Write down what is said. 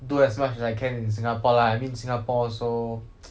do as much as I can in singapore lah I mean singapore so